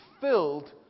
filled